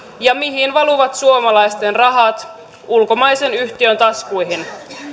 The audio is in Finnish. ja mihin valuvat suomalaisten rahat ulkomaisen yhtiön taskuihin